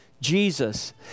Jesus